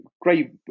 great